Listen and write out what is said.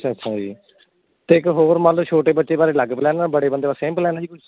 ਅੱਛਾ ਅੱਛਾ ਜੀ ਅਤੇ ਇੱਕ ਹੋਰ ਮਨ ਲਓ ਛੋਟੇ ਬੱਚੇ ਬਾਰੇ ਅਲੱਗ ਪਲੈਨ ਆ ਬੜੇ ਬੰਦੇ ਦਾ ਸੇਮ ਪਲੈਨ ਆ ਜੀ ਕੁਛ